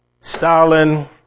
Stalin